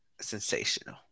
sensational